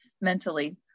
mentally